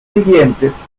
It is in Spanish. siguientes